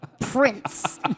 prince